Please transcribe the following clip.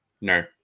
no